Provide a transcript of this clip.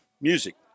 Music